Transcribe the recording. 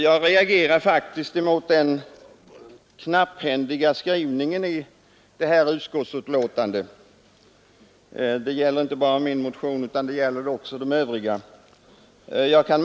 Jag reagerar mot den knapphändiga skrivningen i utskottsbetänkandet, inte bara vad beträffar min motion utan också vad gäller de övriga motionerna.